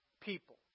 people